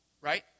Right